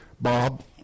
Bob